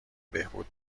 بهبود